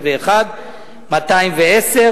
1,601,201,